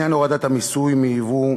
עניין הורדת המיסוי על ייבוא,